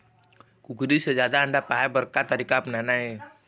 कुकरी से जादा अंडा पाय बर का तरीका अपनाना ये?